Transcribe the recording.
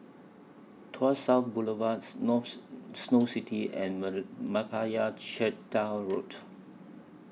Tuas South Boulevard Snow City and Meyappa Chettiar Road